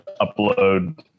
upload